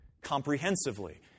comprehensively